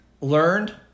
learned